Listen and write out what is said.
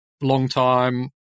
long-time